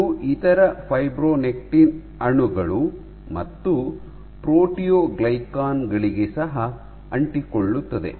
ಇದು ಇತರ ಫೈಬ್ರೊನೆಕ್ಟಿನ್ ಅಣುಗಳು ಮತ್ತು ಪ್ರೋಟಿಯೋಗ್ಲೈಕಾನ್ ಗಳಿಗೆ ಸಹ ಅಂಟಿಕೊಳ್ಳುತ್ತದೆ